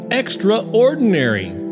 extraordinary